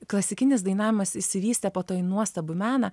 klasikinis dainavimas išsivystė po to į nuostabų meną